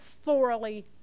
thoroughly